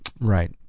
Right